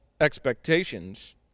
expectations